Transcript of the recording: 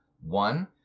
One